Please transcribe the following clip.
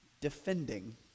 defending